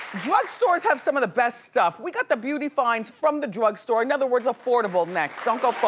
drug stores have some of the best stuff. we got the beauty finds from the drugstore. in other words, affordable, next. don't go far.